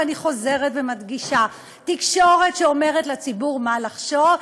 ואני חוזרת ומדגישה: תקשורת שאומרת לציבור מה לחשוב,